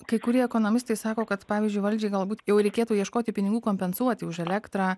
kai kurie ekonomistai sako kad pavyzdžiui valdžiai galbūt jau reikėtų ieškoti pinigų kompensuoti už elektrą